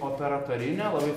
operatorinė labai